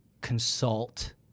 consult